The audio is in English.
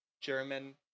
german